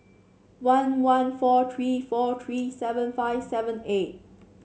one one four three four three seven five seven eight